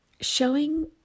showing